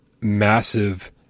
massive